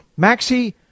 Maxi